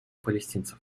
палестинцев